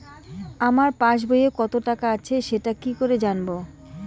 আমার পাসবইয়ে কত টাকা আছে সেটা কি করে জানবো?